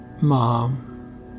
mom